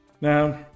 Now